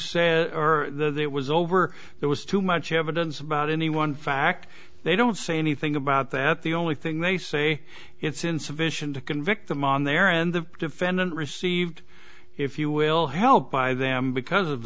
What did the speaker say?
it was over there was too much evidence about any one fact they don't say anything about that the only thing they say it's insufficient to convict them on their end the defendant received if you will help by them because of